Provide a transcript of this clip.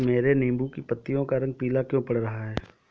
मेरे नींबू की पत्तियों का रंग पीला क्यो पड़ रहा है?